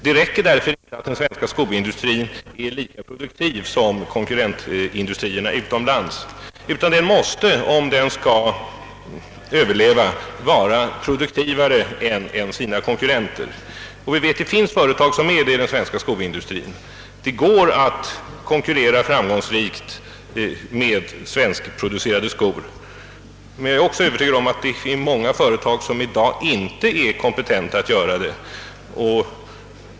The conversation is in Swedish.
Det räcker därför inte att den svenska skoindustrin är lika produktiv som konkurrentindustrierna utomlands, utan den måste, om den skall överleva, vara produktivare än sina konkurrenter. Och vi vet att det finns företag som är det inom den svenska skoindustrin — det går att konkurrera framgångsrikt med svenskproducerade skor. Men jag är också övertygad om att många företag inte är kompetenta att konkurrera på detta sätt.